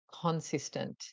consistent